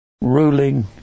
ruling